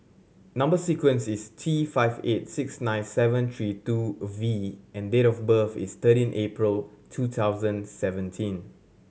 number sequence is T five eight six nine seven three two a V and date of birth is thirteen April two thousand seventeen